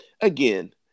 again